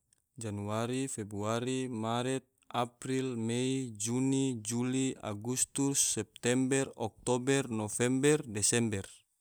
Januari, februari, maret, april, mei, juni, juli, agustus, september, oktober, november, desember